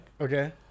Okay